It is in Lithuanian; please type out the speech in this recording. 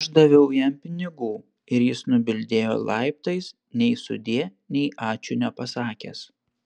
aš daviau jam pinigų ir jis nubildėjo laiptais nei sudie nei ačiū nepasakęs